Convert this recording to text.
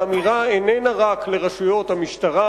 האמירה איננה רק לרשויות המשטרה,